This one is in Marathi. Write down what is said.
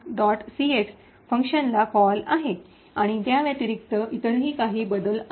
cx फंक्शनला कॉल आहे आणि त्याव्यतिरिक्त इतरही काही बदल आहेत